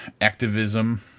activism